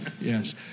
yes